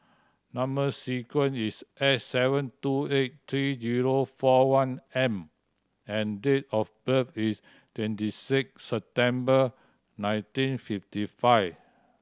number sequence is S seven two eight three zero four one M and date of birth is twenty six September nineteen fifty five